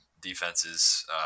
defenses